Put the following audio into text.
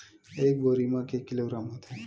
एक बोरी म के किलोग्राम होथे?